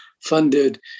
funded